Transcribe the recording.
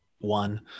one